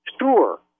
Sure